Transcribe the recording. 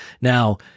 Now